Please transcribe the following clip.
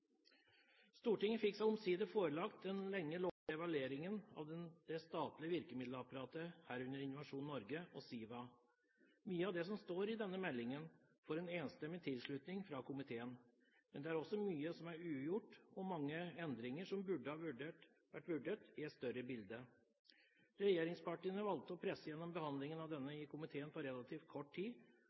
Stortinget fikk seg omsider forelagt den lenge lovede evalueringen av det statlige virkemiddelapparatet, herunder Innovasjon Norge og SIVA. Mye av det som står i denne meldingen, får en enstemmig tilslutning fra komiteen, men det er også mye som er ugjort og mange endringer som burde vært vurdert i et større bilde. Regjeringspartiene valgte å presse gjennom behandlingen i komiteen på relativt kort tid,